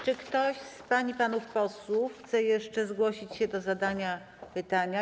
Czy ktoś z pań i panów posłów chce jeszcze zgłosić się do zadania pytania?